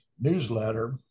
newsletter